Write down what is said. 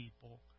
people